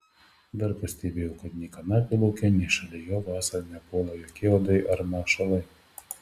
dar pastebėjau kad nei kanapių lauke nei šalia jo vasarą nepuola jokie uodai ar mašalai